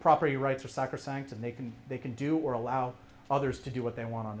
property rights or sacrosanct and they can they can do or allow others to do what they want on